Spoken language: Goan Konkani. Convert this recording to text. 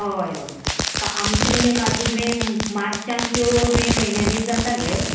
हय हय आमचे मगे काजू मे मार्चान त्यो मे म्हयन्या बीन जाता गे